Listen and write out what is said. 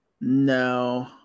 no